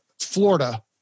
Florida